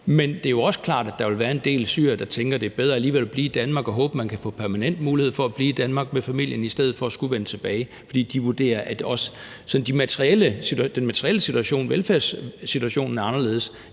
Men det er jo også klart, at der vil være en del syrere, der tænker, at det alligevel er bedre at blive i Danmark og håbe, at man kan få permanent mulighed for at blive i Danmark med familien i stedet for at skulle vende tilbage, fordi de vurderer, at også sådan den materielle situation, velfærdssituationen, er anderledes